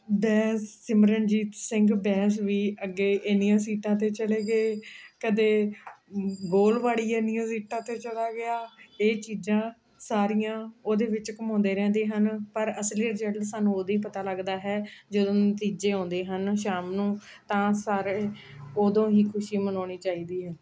ਬੈਂਸ ਸਿਮਰਨਜੀਤ ਸਿੰਘ ਬੈਂਸ ਵੀ ਅੱਗੇ ਇੰਨੀਆਂ ਸੀਟਾਂ 'ਤੇ ਚਲੇ ਗਏ ਕਦੇ ਗੋਲਵਾੜੀ ਇੰਨੀਆਂ ਸੀਟਾਂ 'ਤੇ ਚਲਾ ਗਿਆ ਇਹ ਚੀਜ਼ਾਂ ਸਾਰੀਆਂ ਉਹਦੇ ਵਿੱਚ ਘੁਮਾਉਂਦੇ ਰਹਿੰਦੇ ਹਨ ਪਰ ਅਸਲੀ ਜਿਹੜੇ ਸਾਨੂੰ ਉਦੋਂ ਪਤਾ ਲੱਗਦਾ ਹੈ ਜਦੋਂ ਨਤੀਜੇ ਆਉਂਦੇ ਹਨ ਸ਼ਾਮ ਨੂੰ ਤਾਂ ਸਾਰੇ ਉਦੋਂ ਹੀ ਖੁਸ਼ੀ ਮਨਾਉਣੀ ਚਾਹੀਦੀ ਹੈ